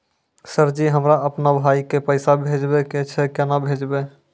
Sir ji हमरा अपनो भाई के पैसा भेजबे के छै, केना भेजबे?